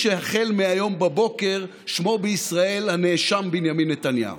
שהחל מהיום בבוקר שמו בישראל הנאשם בנימין נתניהו.